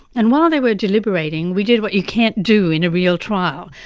and while they were deliberating we did what you can't do in a real trial,